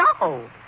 No